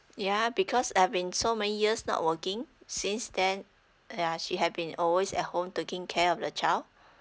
yeah because has been so many years not working since then yeah she has been always at home taking care of the child